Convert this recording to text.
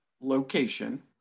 location